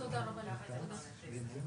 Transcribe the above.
של ועדת הבריאות.